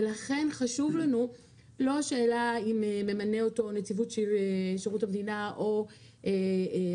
ולכן חשובה לנו לא השאלה אם ממנה אותו נציבות שירות המדינה או השר,